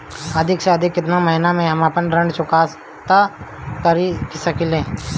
अधिक से अधिक केतना महीना में हम आपन ऋण चुकता कर सकी ले?